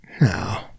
No